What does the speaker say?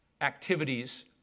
activities